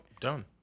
done